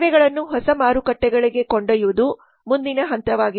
ಸೇವೆಗಳನ್ನು ಹೊಸ ಮಾರುಕಟ್ಟೆಗಳಿಗೆ ಕೊಂಡೊಯ್ಯುವುದು ಮುಂದಿನ ಹಂತವಾಗಿದೆ